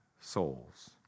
souls